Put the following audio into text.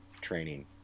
training